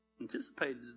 anticipated